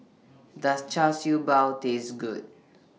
Does Char Siew Bao Taste Good